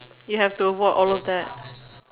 you have to walk all of that